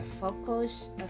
focus